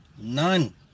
None